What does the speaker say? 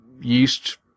yeast